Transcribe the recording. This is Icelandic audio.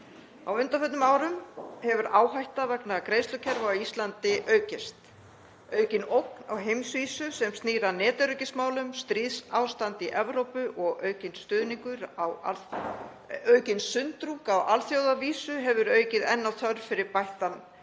Á undanförnum árum hefur áhætta vegna greiðslukerfa á Íslandi aukist. Aukin ógn á heimsvísu sem snýr að netöryggismálum, stríðsástand í Evrópu og aukin sundrung á alþjóðavísu hefur aukið enn á þörf fyrir bættan